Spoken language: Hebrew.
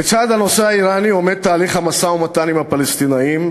בצד הנושא האיראני עומד תהליך המשא-ומתן עם הפלסטינים.